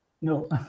No